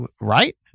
right